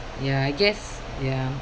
ya I guess ya